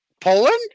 Poland